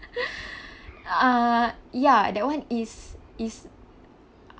uh ya that one is is